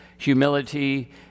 humility